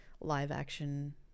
live-action